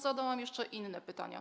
Zadałam jeszcze inne pytania.